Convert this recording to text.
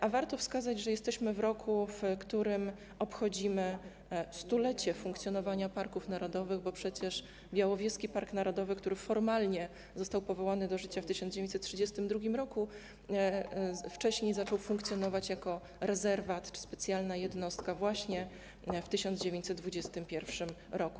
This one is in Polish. A warto wskazać, że w tym roku obchodzimy 100-lecie funkcjonowania parków narodowych, bo przecież Białowieski Park Narodowy, który formalnie został powołany do życia w 1932 r., wcześniej zaczął funkcjonować jako rezerwat, specjalna jednostka - właśnie w 1921 r.